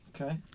Okay